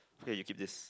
feel like you keep this